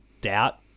doubt